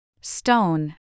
Stone